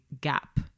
gap